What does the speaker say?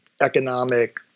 economic